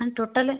ମାନେ ଟୋଟାଲ